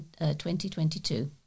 2022